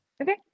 okay